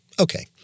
Okay